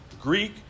Greek